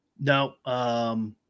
No